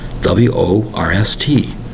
W-O-R-S-T